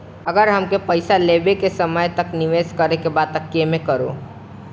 अगर हमके पईसा लंबे समय तक निवेश करेके बा त केमें करों?